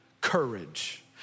courage